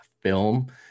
film